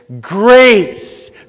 grace